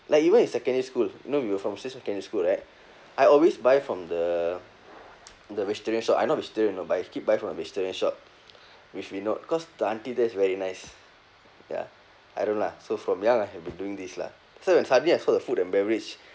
like even in secondary school you know we were from same secondary school right I always buy from the the vegetarian shop I'm not vergeterian know but I keep buying from the vegetarian shop which we know cause the auntie there is very nice ya I don't know lah so from young I have been doing this lah so when suddenly I saw the food and beverage